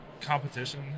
Competition